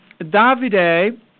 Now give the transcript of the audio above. Davide